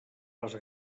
les